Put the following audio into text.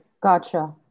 gotcha